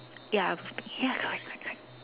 ya ya correct correct correct